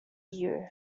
you